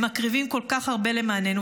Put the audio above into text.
הם מקריבים כל כך הרבה למעננו,